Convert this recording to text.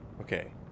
Okay